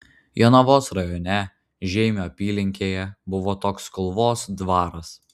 jonavos rajone žeimio apylinkėje buvo toks kulvos dvaras